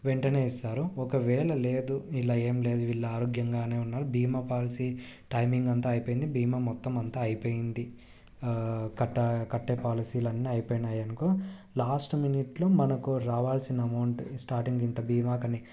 వెంటనే ఇస్తారు ఒకవేల లేదు ఇలా ఏం లేదు వీళ్ళు ఆరోగ్యంగానే ఉన్నారు భీమా పాలసీ టైమింగ్ అంతా అయిపోయింది భీమా మొత్తం అంతా అయిపోయింది కట కట్టే పాలసీలన్ని అయిపోయినాయి అనుకో లాస్ట్ మినిట్లో మనకు రావాల్సిన అమౌంట్ స్టార్టింగ్ ఇంత భీమాకని